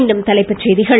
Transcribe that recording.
மீண்டும் தலைப்புச் செய்திகள்